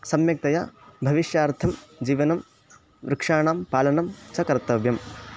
सम्यक्तया भविष्यार्थं जीवनं वृक्षाणां पालनं च कर्तव्यम्